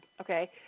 okay